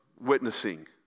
witnessing